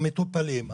המטופלים,